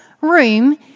room